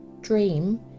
dream